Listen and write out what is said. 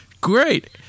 Great